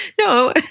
No